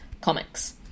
comics